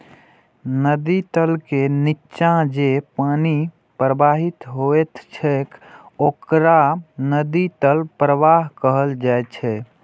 नदी तल के निच्चा जे पानि प्रवाहित होइत छैक ओकरा नदी तल प्रवाह कहल जाइ छै